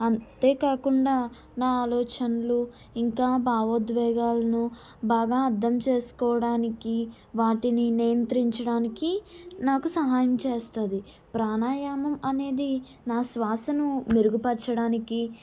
అంతేకాకుండా నా ఆలోచనలు ఇంకా భావోద్వేగాలను బాగా అర్ధంచేసుకోవడానికి వాటిని నియంత్రించడానికి నాకు సహాయం చేస్తుంది ప్రాణయామం అనేది నా శ్వాసను మెరుగుపరచడానికి